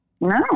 No